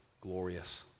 glorious